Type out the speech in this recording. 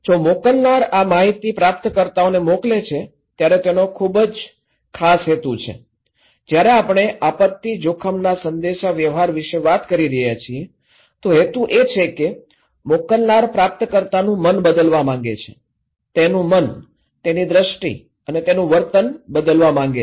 જો મોકલનાર આ માહિતી પ્રાપ્તકર્તાઓને મોકલે છે ત્યારે તેનો ખૂબ જ ખાસ હેતુ છે જ્યારે આપણે આપત્તિ જોખમના સંદેશાવ્યવહાર વિશે વાત કરી રહ્યા છીએ તો હેતુ એ છે કે મોકલનાર પ્રાપ્તકર્તાનું મન બદલવા માંગે છે તેનું મન તેની દ્રષ્ટિ અને તેનું વર્તન બદલવા માંગે છે